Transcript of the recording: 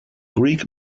greek